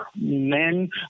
Men